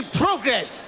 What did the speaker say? progress